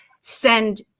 send